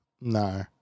no